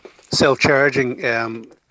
self-charging